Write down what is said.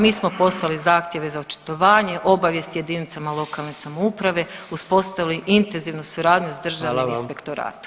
Mi smo poslali zahtjeve za očitovanje, obavijest jedinicama lokalne samouprave, uspostavili intenzivnu suradnju s Državnim inspektoratom.